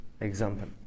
example